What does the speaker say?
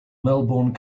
melbourne